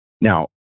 Now